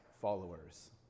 followers